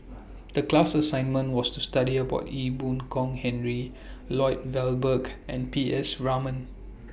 The class assignment was to study about Ee Boon Kong Henry Lloyd Valberg and P S Raman